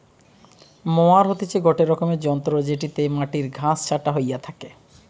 mower হতিছে গটে রকমের যন্ত্র জেটিতে মাটির ঘাস ছাটা হইয়া থাকে